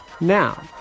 Now